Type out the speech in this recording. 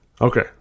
Okay